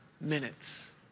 minutes